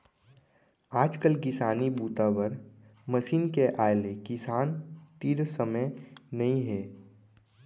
आजकाल किसानी बूता बर मसीन के आए ले किसान तीर समे नइ हे